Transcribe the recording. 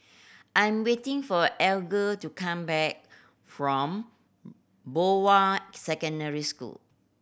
I'm waiting for Alger to come back from Bowen Secondary School